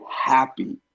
happy